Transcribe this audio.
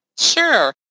Sure